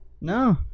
No